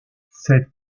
cette